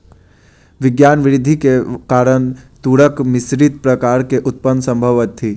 विज्ञान वृद्धि के कारण तूरक मिश्रित प्रकार के उत्पादन संभव अछि